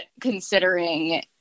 considering